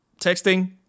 texting